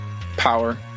power